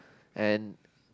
and